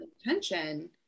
attention